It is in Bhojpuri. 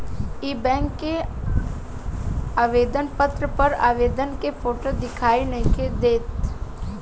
इ बैक के आवेदन पत्र पर आवेदक के फोटो दिखाई नइखे देत